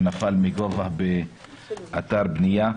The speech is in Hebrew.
שנפל מגובה באתר בנייה.